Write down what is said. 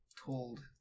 told